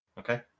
okay